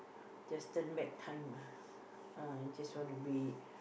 just turn turn back time ah ah I just want to be